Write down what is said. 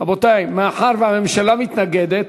רבותי, מאחר שהממשלה מתנגדת,